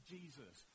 Jesus